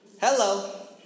Hello